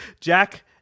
Jack